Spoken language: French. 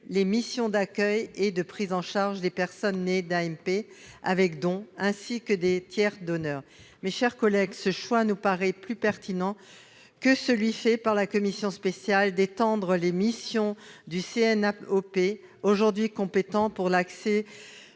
les missions d'accueil et de prise en charge des personnes nées d'une AMP avec don, ainsi que des tiers donneurs. Ce choix nous paraît plus pertinent que celui fait par la commission spéciale d'étendre les missions du CNAOP, aujourd'hui compétent pour l'accès